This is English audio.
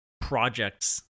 projects